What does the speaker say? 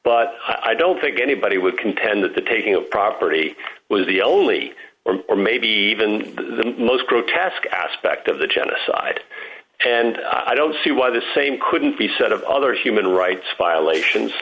but i don't think anybody would contend that the taking of property was the only or maybe even the most grotesque aspect of the genocide and i don't see why the same couldn't be said of other human rights violations